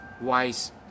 wise